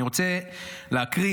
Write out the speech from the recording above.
אני רוצה להקריא,